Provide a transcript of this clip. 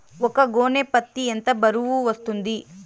ఒక గోనె పత్తి ఎంత బరువు వస్తుంది?